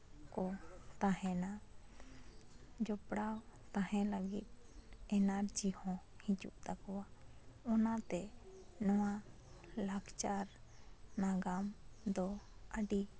ᱠᱚ ᱛᱟᱦᱮᱱᱟ ᱡᱚᱯᱲᱟᱣ ᱛᱟᱦᱮᱸ ᱞᱟᱹᱜᱤᱫ ᱮᱱᱟᱨᱡᱤ ᱦᱚᱸ ᱦᱤᱡᱩᱜ ᱛᱟᱠᱚᱣᱟ ᱚᱱᱟᱛᱮ ᱱᱚᱣᱟ ᱞᱟᱠᱪᱟᱨ ᱫᱚ ᱟᱹᱰᱤ